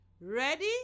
Ready